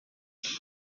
pegue